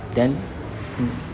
then mm